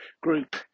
group